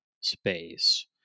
space